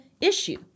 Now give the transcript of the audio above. issue